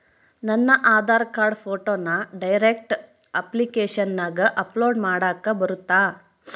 ನನ್ನ ಆಧಾರ್ ಕಾರ್ಡ್ ಫೋಟೋನ ಡೈರೆಕ್ಟ್ ಅಪ್ಲಿಕೇಶನಗ ಅಪ್ಲೋಡ್ ಮಾಡಾಕ ಬರುತ್ತಾ?